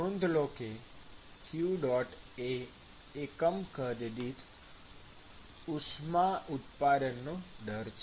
નોંધ લો કે q એ એકમ કદ દીઠ ઉષ્મા ઉત્પાદનનો દર છે